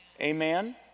amen